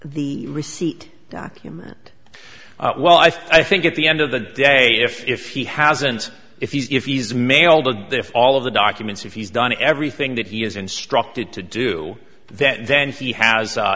the receipt document well i think at the end of the day if if he hasn't if he's if he's mailed a if all of the documents if he's done everything that he has instructed to do that then he has